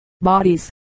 bodies